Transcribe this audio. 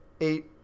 eight